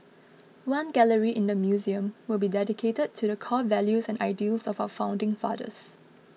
one gallery in the museum will be dedicated to the core values and ideals of our founding fathers